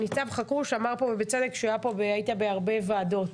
ניצב חכרוש אמר פה ובצדק שהוא היה פה בהרבה ועדות,